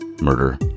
murder